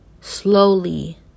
slowly